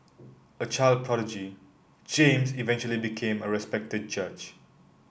a child prodigy James eventually became a respected judge